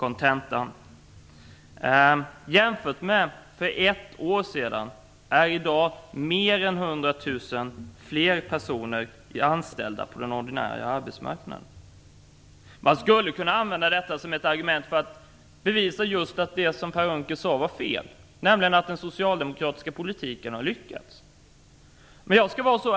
Men jämfört med för ett år sedan är i dag mer än 100 000 personer fler anställda på den ordinarie arbetsmarknaden. Man skulle kunna använda detta som argument för att bevisa att det som Per Unckel sade är fel, och för att den socialdemokratiska politiken har lyckats.